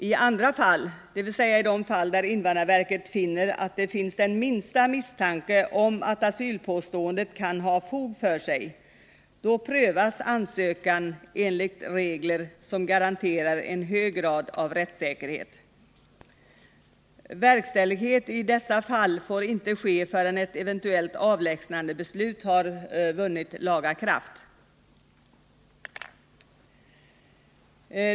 I andra fall, dvs. i de fall där invandrarverket finner att det finns den minsta misstanke om att asylpåståendet kan ha fog för sig, prövas ansökan enligt regler som garanterar en hög grad av rättssäkerhet. Verkställighet i dessa fall får inte ske förrän ett eventuellt avlägsnandebeslut har vunnit laga kraft.